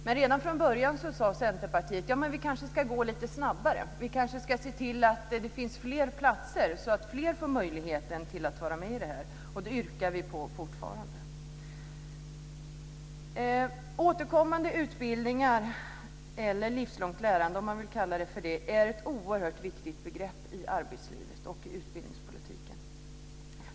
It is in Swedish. Men redan från början sade Centerpartiet: Vi kanske ska gå lite snabbare. Vi kanske ska se till att det finns fler platser så att fler får möjlighet att vara med i detta. Det yrkar vi fortfarande på. Återkommande utbildningar eller ett livslångt lärande, om man vill kalla det för det, är ett oerhört viktigt begrepp i arbetslivet och i utbildningspolitiken.